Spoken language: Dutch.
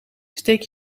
steek